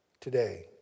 today